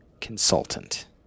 consultant